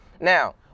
Now